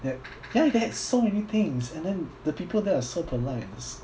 that ya they had so many things and then the people there are so polite